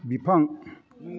बिफां